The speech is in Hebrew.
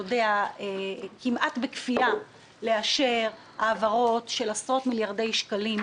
כמעט בכפייה לאשר העברות של עשרות מיליארדי שקלים,